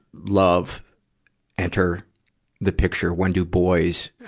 love enter the picture? when do boys, ah,